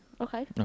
Okay